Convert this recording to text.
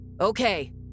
Okay